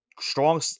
strong